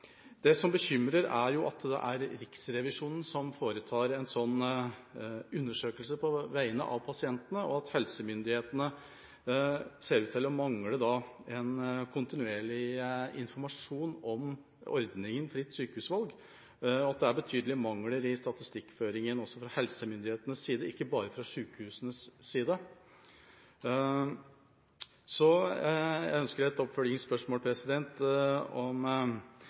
Det som bekymrer, er at det er Riksrevisjonen som foretar en slik undersøkelse på vegne av pasientene, at helsemyndighetene ser ut til å mangle en kontinuerlig informasjon om ordningen fritt sykehusvalg, og at det er betydelige mangler i statistikkføringen også fra helsemyndighetens side, ikke bare fra sykehusenes side. Så jeg har et oppfølgingsspørsmål: